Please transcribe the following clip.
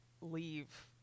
leave